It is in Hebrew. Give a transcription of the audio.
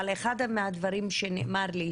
אבל אחד הדברים שנאמר לי,